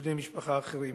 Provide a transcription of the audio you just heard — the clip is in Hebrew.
אצל בני-משפחה אחרים.